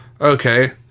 Okay